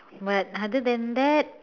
but other than that